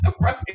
Right